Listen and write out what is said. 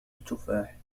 التفاح